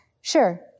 Sure